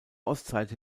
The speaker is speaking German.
ostseite